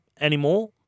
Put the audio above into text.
anymore